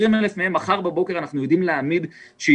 אנחנו יודעים להעמיד מחר בבוקר 20,000